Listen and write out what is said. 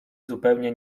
zupełnie